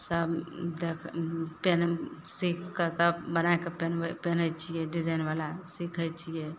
सब देख पीन्हय सीखके तब बनायके पीन्हबय पीनहय छियै डिजाइनवला सीखय छियै